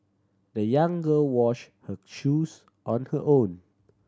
the young girl wash her shoes on her own